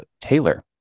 Taylor